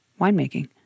winemaking